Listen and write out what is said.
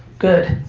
good.